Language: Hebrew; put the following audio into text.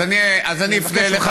אז אני אפנה אליך,